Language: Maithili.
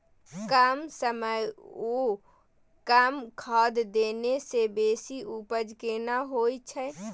कम समय ओ कम खाद देने से बेसी उपजा केना होय छै?